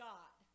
God